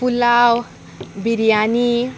pulao biryani